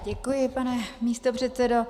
Děkuji, pane místopředsedo.